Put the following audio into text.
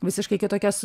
visiškai kitokias